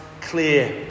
clear